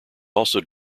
also